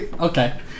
Okay